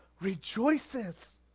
rejoices